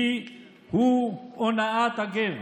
הוא הונאת הגר.